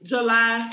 July